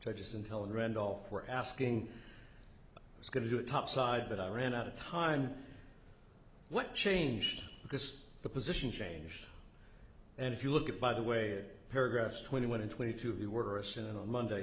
judges and helen randolph were asking i was going to do it topside but i ran out of time what changed because the position change and if you look at by the way paragraphs twenty one and twenty two of you were a session on monday